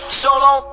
solo